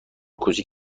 کوچک